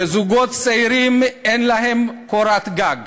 שזוגות צעירים אין להם קורת-גג,